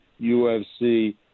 UFC